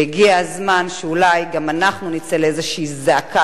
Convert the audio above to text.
והגיע הזמן שאולי גם אנחנו נצא לאיזושהי זעקה,